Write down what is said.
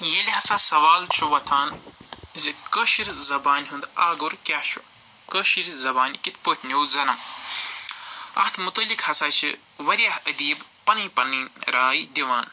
ییٚلہِ ہسا سَوال چھُ وۄتھان زِ کٲشِر زَبانہِ ہُند آگُر کیاہ چھُ کٲشِر زَبانہِ کِتھ پٲٹھۍ نوو زَنا اَتھ مُتعلِق ہسا چھِ واریاہ ادیٖب پَنٕنۍ پَنٕنۍ راے دِوان